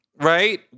right